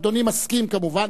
אדוני מסכים, כמובן.